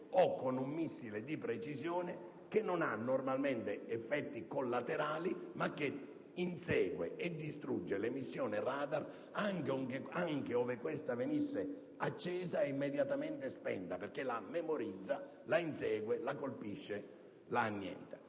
o con un missile di precisione, che non ha normalmente effetti collaterali ma che insegue e distrugge l'emissione radar anche ove questa venisse accesa e immediatamente spenta, perché la memorizza, la insegue, la colpisce e l'annienta.